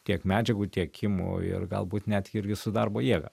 tiek medžiagų tiekimu ir galbūt net irgi su darbo jėga